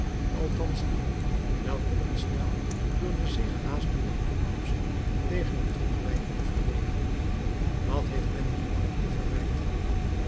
althans die welke ontstaat door de zich haastende toekomst tegen het terugwijkende verleden wat heeft men dien oorlog te verwijten